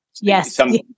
Yes